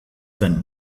zen